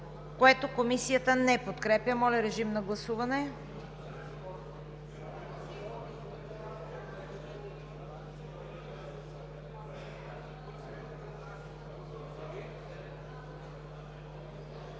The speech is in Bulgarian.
което Комисията не подкрепя. Моля да гласуваме.